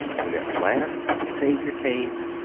when at last the saviour came,